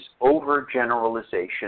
overgeneralization